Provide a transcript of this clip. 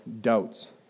doubts